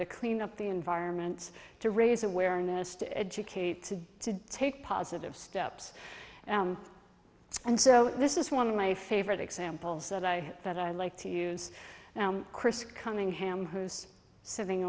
to clean up the environment to raise awareness to educate to take positive steps and so this is one of my favorite examples that i that i like to use chris cunningham who's sitting